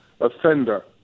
offender